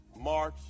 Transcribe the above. March